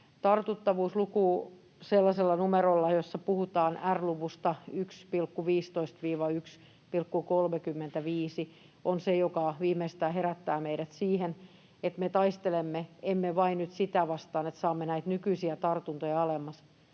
Tartuttavuusluku sellaisella numerolla, jossa puhutaan R-luvusta 1,15—1,35, on se, joka viimeistään herättää meidät siihen, että me emme taistele nyt vain sitä vastaan, että saamme näitä nykyisiä tartuntoja alemmas,